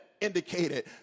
indicated